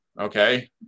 Okay